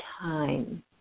time